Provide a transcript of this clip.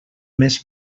més